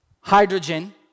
hydrogen